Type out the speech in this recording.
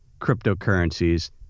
cryptocurrencies